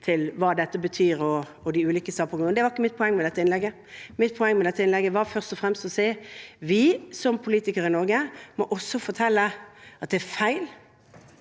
til hva dette betyr, og de ulike standpunktene, men det var ikke mitt poeng med innlegget. Mitt poeng med dette innlegget var først og fremst å si at vi som politikere i Norge også må fortelle at det er feil